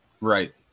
right